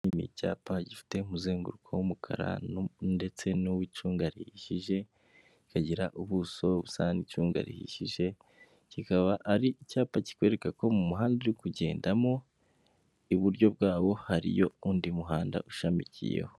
Icyi ni icyapa gifite umuzenguruko w'umukara ndetse n'uw'icunga rihishije, kikagira ubuso busa n'icunga rihishije, kikaba ari icyapa kikwereka ko mu muhanda uri kugendamo, iburyo bwawo hariyo undi muhanda ushamikiyeho.